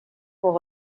pour